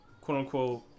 quote-unquote